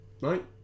Right